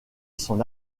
son